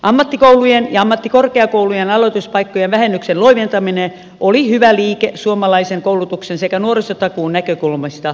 ammattikoulujen ja ammattikorkeakoulujen aloituspaikkojen vähennyksen loiventaminen oli hyvä liike suomalaisen koulutuksen sekä nuorisotakuun näkökulmasta